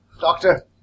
Doctor